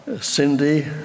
Cindy